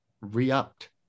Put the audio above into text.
re-upped